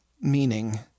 meaning